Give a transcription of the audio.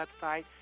website